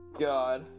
God